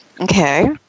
Okay